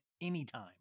anytime